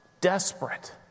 desperate